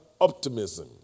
Optimism